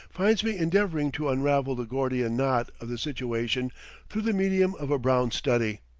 finds me endeavoring to unravel the gordian knot of the situation through the medium of a brown-study.